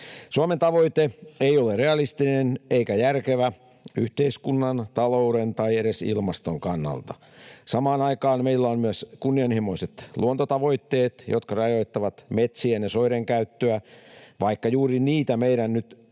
Suomen tavoite ei ole realistinen eikä järkevä yhteiskunnan, talouden tai edes ilmaston kannalta. Samaan aikaan meillä on myös kunnianhimoiset luontotavoitteet, jotka rajoittavat metsien ja soiden käyttöä, vaikka juuri niitä meidän on